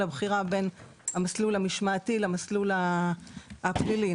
הבחירה בין המסלול המשמעתי למסלול הפלילי.